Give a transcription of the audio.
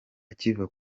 akiva